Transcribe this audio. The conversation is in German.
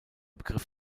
begriff